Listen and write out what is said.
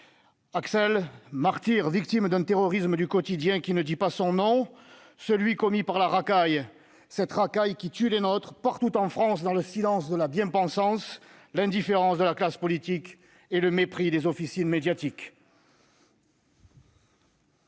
Axelle, martyre, victime d'un terrorisme du quotidien qui ne dit pas son nom, commis par la racaille, cette racaille qui tue les nôtres partout en France, dans le silence de la bien-pensance, l'indifférence de la classe politique et le mépris des officines médiatiques.